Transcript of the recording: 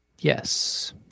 yes